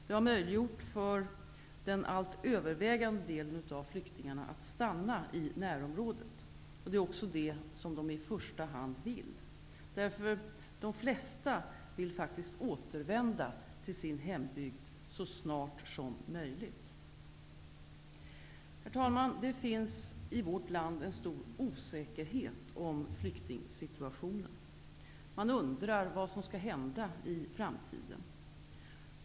Det har möjliggjort för den allt övervägande delen av flyktingarna att stanna i närområdet. Det är också det de i första hand vill göra. De flesta vill faktiskt återvända till sin hembygd så snart som möjligt. Herr talman! Det finns i vårt land en stor osä kerhet om flyktingsituationen. Man undrar vad som skall hända i framtiden.